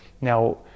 Now